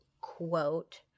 quote